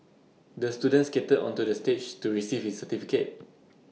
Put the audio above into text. the student skated onto the stage to receive his certificate